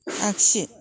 आगसि